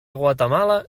guatemala